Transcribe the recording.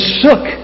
shook